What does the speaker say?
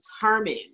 determined